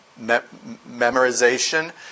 memorization